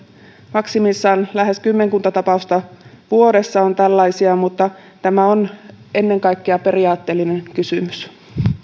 maksimissaan lähes kymmenkunta tapausta vuodessa on tällaisia mutta tämä on ennen kaikkea periaatteellinen kysymys